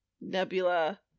Nebula